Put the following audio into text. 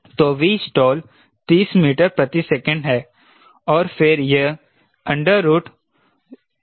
तो Vstall 30 metre प्रति second है और फिर यह 2WSCLmax है